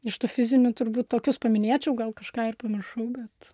iš tų fizinių turbūt tokius paminėčiau gal kažką ir pamiršau bet